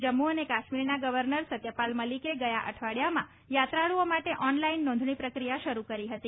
જમ્મુ અને કાશ્મીરના ગર્વનર સત્યપાલ મલિકે ગયા અઠવાડીયામાં યાત્રાળુઓ માટે ઓનલાઈન નોંધણી પ્રક્રિયા શરૂ કરી હતી